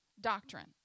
doctrine